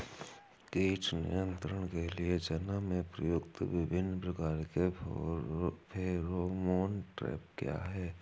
कीट नियंत्रण के लिए चना में प्रयुक्त विभिन्न प्रकार के फेरोमोन ट्रैप क्या है?